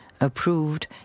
approved